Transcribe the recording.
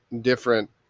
different